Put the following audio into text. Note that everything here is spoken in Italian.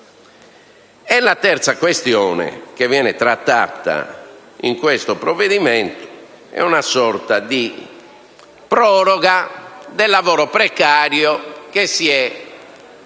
La terza questione che viene trattata in questo provvedimento è una sorta di proroga del lavoro precario, sviluppatosi